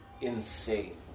insane